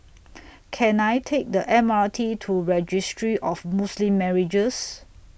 Can I Take The Mr T to Registry of Muslim Marriages